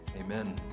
Amen